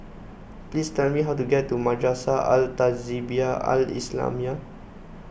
please tell me how to get to Madrasah Al Tahzibiah Al Islamiah